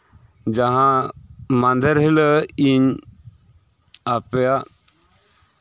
ᱡᱟᱸᱦᱟ ᱢᱟᱦᱫᱮᱨ ᱦᱤᱞ ᱳᱜ ᱤᱧ ᱟᱯᱮᱭᱟᱜ